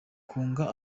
kunga